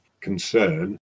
concern